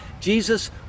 Jesus